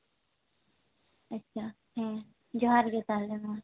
ᱟᱪᱪᱷᱟ ᱦᱮᱸ ᱡᱚᱦᱟᱨ ᱜᱮ ᱛᱟᱦᱞᱮ ᱢᱟ